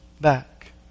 back